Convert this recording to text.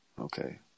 Okay